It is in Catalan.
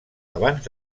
abans